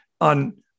on